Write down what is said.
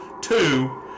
Two